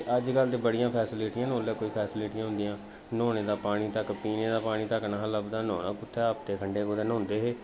ते अजकल ते बड़ियां फैसिलिटियां न उसलै कोई फैसिलिटियां निं हियां न्हौने दा पानी तक्कर पीने दा पानी तक्कर निं हा लभदा न्हौना कुत्थै हा हफ्ते खंडे कुतै न्हौंदे हे